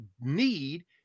need